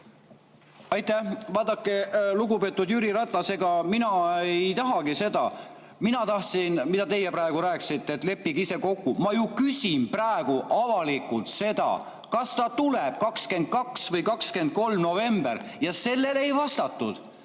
Aitäh! Vaadake, lugupeetud Jüri Ratas, ega mina ei tahagi seda, mida te praegu rääkisite, et leppige ise kokku. Ma ju küsin praegu avalikult seda, kas ta tuleb 22. või 23. novembril, ja sellele ei vastatud.